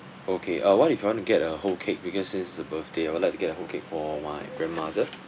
okay uh what if I want to get a whole cake because since it's a birthday I would like to get a whole cake for my grandmother